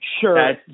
sure